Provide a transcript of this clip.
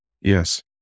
Yes